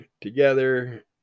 together